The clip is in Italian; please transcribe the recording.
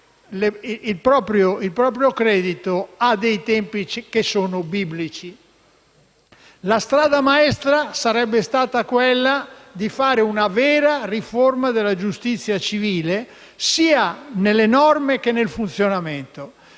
il proprio credito, i tempi sono biblici. La strada maestra sarebbe stata quella di fare una vera riforma della giustizia civile, sia nelle norme che nel funzionamento.